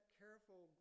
careful